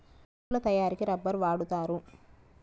పరుపుల తయారికి రబ్బర్ వాడుతారు